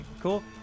cool